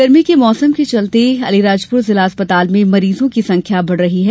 गर्मी के मौसम के चलते अलीराजपुर जिला अस्पताल में मरीजों की संख्या बढ़ रही है